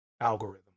algorithm